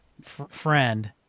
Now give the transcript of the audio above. friend